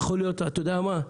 אתה יודע מה,